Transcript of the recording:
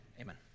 amen